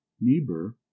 Niebuhr